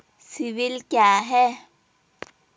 CIBIL क्या है?